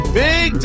big